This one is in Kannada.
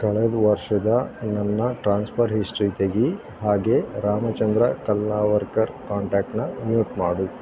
ಕಳೆದ ವರ್ಷದ ನನ್ನ ಟ್ರಾನ್ಸ್ಫರ್ ಹಿಸ್ಟ್ರಿ ತೆಗಿ ಹಾಗೆಯೇ ರಾಮಚಂದ್ರ ಕಲ್ಲಾವರ್ಕರ್ ಕಾಂಟ್ಯಾಕ್ಟ್ನ ಮ್ಯೂಟ್ ಮಾಡು